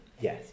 Yes